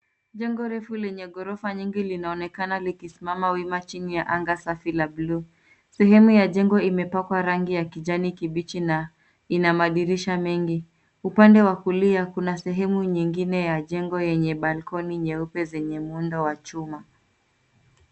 Jengo refu lenye ghorofa nyingi linaonekana likisimama wima chini ya anga safi la buluu. Sehemu ya jenog imepakwa rangi ya kijani kibichi na ina madirisha mengi. Upande wa kulia, kuna jengo jingine leupe lenye bakoni za muundo wa chuma.